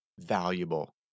valuable